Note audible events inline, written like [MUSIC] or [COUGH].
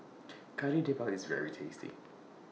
[NOISE] Kari Debal IS very tasty